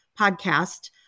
podcast